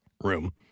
room